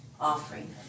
offering